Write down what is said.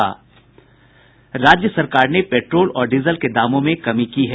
राज्य सराकर ने पेट्रोल और डीजल के दामों में कमी की है